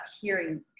hearing